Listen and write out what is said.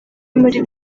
muri